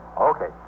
Okay